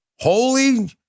Holy